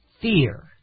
fear